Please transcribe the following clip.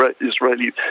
Israeli